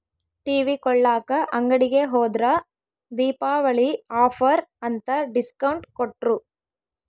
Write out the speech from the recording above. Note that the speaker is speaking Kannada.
ಟಿವಿ ಕೊಳ್ಳಾಕ ಅಂಗಡಿಗೆ ಹೋದ್ರ ದೀಪಾವಳಿ ಆಫರ್ ಅಂತ ಡಿಸ್ಕೌಂಟ್ ಕೊಟ್ರು